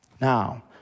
Now